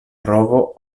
provo